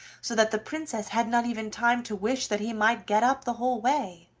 so that the princess had not even time to wish that he might get up the whole way.